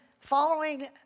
following